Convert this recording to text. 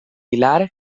pilar